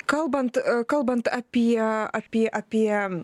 kalbant kalbant apie apie apie